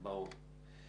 ברור.